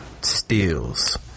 steals